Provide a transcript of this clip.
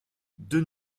deux